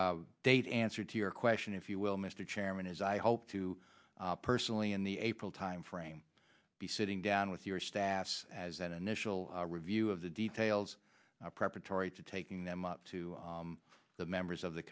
date answer to your question if you will mr chairman is i hope to personally in the april timeframe be sitting down with your staff as an initial review of the details preparatory to taking them up to the members of the